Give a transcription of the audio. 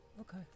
Okay